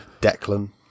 Declan